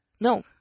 No